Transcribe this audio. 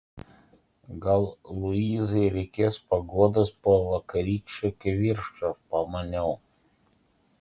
gal luizai reikės paguodos po vakarykščio kivirčo pamaniau